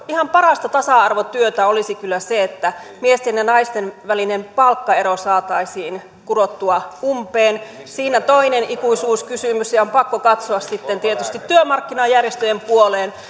ihan parasta tasa arvotyötä olisi kyllä se että miesten ja naisten välinen palkkaero saataisiin kurottua umpeen siinä toinen ikuisuuskysymys ja on pakko katsoa sitten tietysti työmarkkinajärjestöjen puoleen